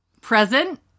present